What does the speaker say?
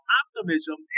optimism